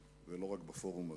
ולא רק בפורום הזה,